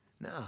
No